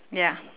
ya